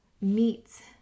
meats